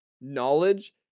knowledge